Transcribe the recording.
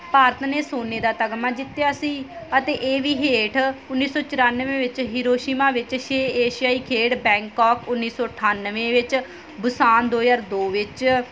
ਭਾਰਤ ਨੇ ਸੋਨੇ ਦਾ ਤਗਮਾ ਜਿੱਤਿਆ ਸੀ ਅਤੇ ਇਹ ਵੀ ਹੇਠ ਉੱਨੀ ਸੌ ਚੁਰਾਨਵੇਂ ਵਿੱਚ ਹੀਰੋਸ਼ੀਮਾ ਵਿੱਚ ਛੇ ਏਸ਼ੀਆਈ ਖੇਡ ਬੈਂਕੋਕ ਉੱਨੀ ਸੌ ਅਠਾਨਵੇਂ ਵਿੱਚ ਬੁਸਾਨ ਦੋ ਹਜ਼ਾਰ ਦੋ ਵਿੱਚ